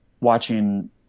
watching